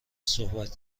صحبت